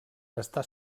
està